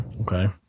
Okay